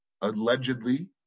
allegedly